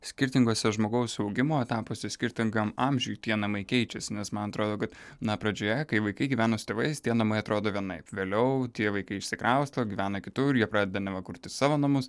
skirtinguose žmogaus augimo etapuose skirtingam amžiui tie namai keičiasi nes man atrodo kad na pradžioje kai vaikai gyveno su tėvais tie namai atrodo vienaip vėliau tie vaikai išsikrausto gyvena kitur jie pradeda neva kurti savo namus